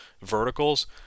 verticals